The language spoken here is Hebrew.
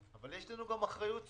אבל יש לנו גם אחריות ציבורית.